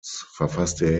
verfasste